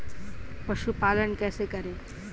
पशुपालन कैसे करें?